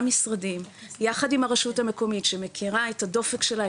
משרדים יחד עם הרשות המקומית שמכירה את הדופק שלה,